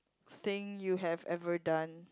thing you have ever done